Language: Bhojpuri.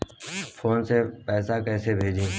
फोन से पैसा कैसे भेजी?